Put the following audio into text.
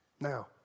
Now